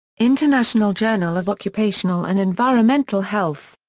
international journal of occupational and environmental health.